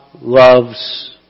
loves